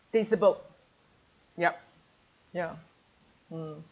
feasible yup ya mm